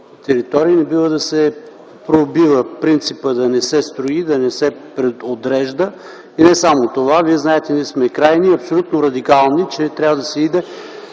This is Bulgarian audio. територии, не бива да се пробива принципът да не се строи, да не се преотрежда. И не само това. Вие знаете – ние сме крайни и абсолютно радикални в мнението, че трябва да се отиде